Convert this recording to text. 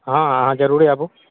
हँ अहाँ जरुरे आबु